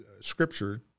scripture